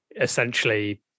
essentially